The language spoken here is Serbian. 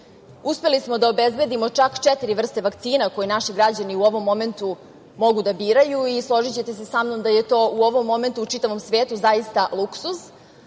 Uspeli smo da obezbedimo čak četiri vrste vakcina koje naši građani u ovom momentu mogu da biraju i složićete se sa mnom da je to u ovom momentu u čitavom svetu zaista luksuz.